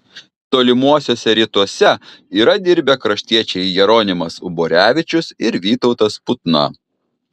tolimuosiuose rytuose yra dirbę kraštiečiai jeronimas uborevičius ir vytautas putna